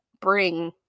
bring